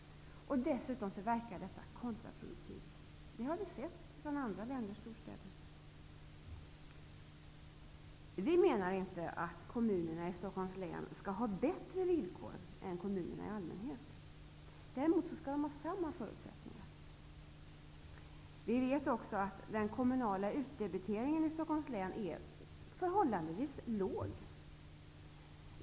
Dessutom skulle detta verka kontraproduktivt, vilket man har kunnat se från andra länders storstäder. Vi menar inte att kommunerna i Stockholms län skall ha det bättre än vad kommunerna i allmänhet har. Däremot skall kommunerna i Stockholms län ha samma förutsättningar. Vi vet att den kommunala utdebiteringen i länet är förhållandevis låg.